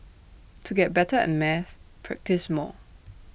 to get better at maths practise more